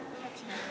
לוועדת החוקה,